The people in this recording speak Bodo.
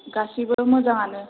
गासैबो मोजाङानो